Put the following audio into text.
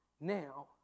now